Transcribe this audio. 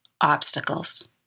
obstacles